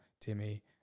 Timmy